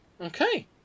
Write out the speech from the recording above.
Okay